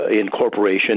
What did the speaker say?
incorporation